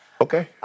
Okay